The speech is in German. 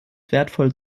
wertvoll